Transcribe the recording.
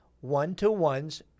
one-to-ones